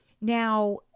Now